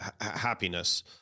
happiness